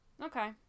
Okay